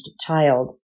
child